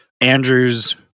Andrews